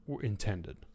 intended